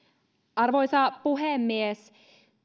arvoisa puhemies